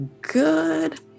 good